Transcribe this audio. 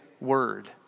word